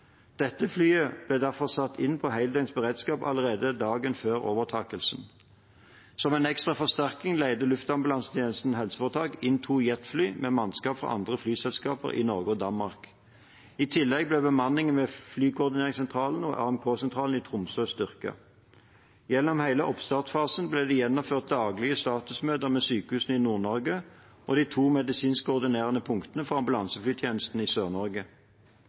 Dette flyet ble derfor satt inn på heldøgns beredskap allerede dagen før overtakelsen. Som en ekstra forsterkning leide Luftambulansetjenesten HF inn to jetfly med mannskap fra andre flyselskap i Norge og Danmark. I tillegg ble bemanningen ved Flykoordineringssentralen og AMK-sentralen i Tromsø styrket. Gjennom hele oppstartsfasen ble det gjennomført daglige statusmøter med sykehusene i Nord-Norge og de to medisinsk koordinerende punktene for ambulanseflytjenesten i